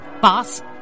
Boss